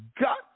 God